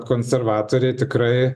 konservatoriai tikrai